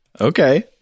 Okay